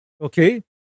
okay